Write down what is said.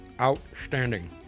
Outstanding